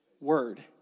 word